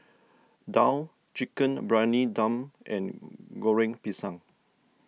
Daal Chicken Briyani Dum and Goreng Pisang